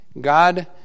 God